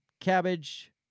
cabbage